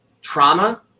trauma